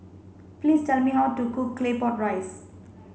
please tell me how to cook Claypot Rice